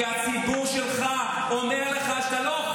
כי הציבור שלך אומר לך שאתה לא יכול